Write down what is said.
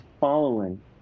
following